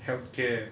health care